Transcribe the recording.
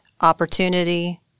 opportunity